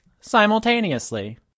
simultaneously